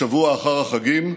השבוע שאחרי החגים,